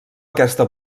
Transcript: aquesta